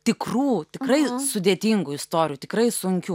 tikrų tikrai sudėtingų istorijų tikrai sunkių